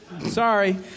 Sorry